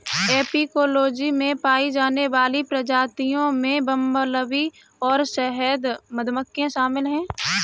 apicology में पाई जाने वाली प्रजातियों में बंबलबी और शहद मधुमक्खियां शामिल हैं